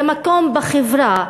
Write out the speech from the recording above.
זה מקום בחברה,